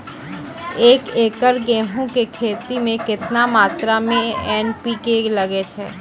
एक एकरऽ गेहूँ के खेती मे केतना मात्रा मे एन.पी.के लगे छै?